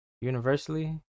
universally